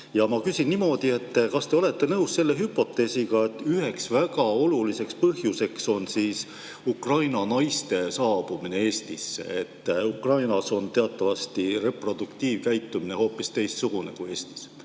Ma küsin niimoodi: kas te olete nõus selle hüpoteesiga, et üks väga oluline põhjus on Ukraina naiste saabumine Eestisse? Ukrainas on teatavasti reproduktiivkäitumine hoopis teistsugune kui Eestis.